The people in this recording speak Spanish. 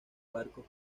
barcos